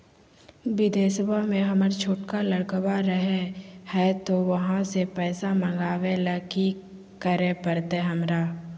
बिदेशवा में हमर छोटका लडकवा रहे हय तो वहाँ से पैसा मगाबे ले कि करे परते हमरा?